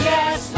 Yes